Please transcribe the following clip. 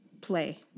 play